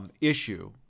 issue